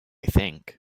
think